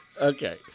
okay